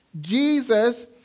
Jesus